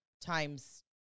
times